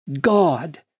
God